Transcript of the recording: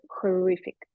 horrific